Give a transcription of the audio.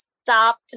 stopped